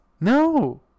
No